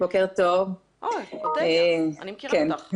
אני מכירה אותך.